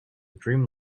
dream